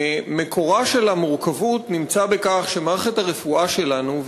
מקורה של המורכבות נמצא בכך שמערכת הרפואה שלנו,